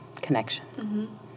Connection